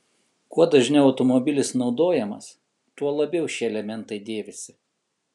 kuo dažniau automobilis naudojamas tuo labiau šie elementai dėvisi